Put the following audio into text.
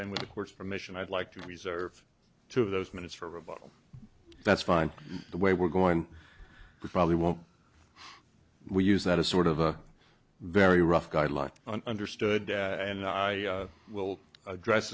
and with the court's permission i'd like to reserve two of those minutes for rebuttal that's fine the way we're going to probably won't we use that as sort of a very rough guideline on understood and i will address